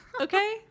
okay